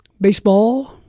Baseball